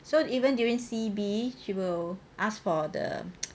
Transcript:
so even during C_B she will ask for the